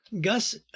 Gus